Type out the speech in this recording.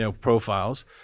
profiles